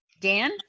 Dan